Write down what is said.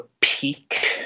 peak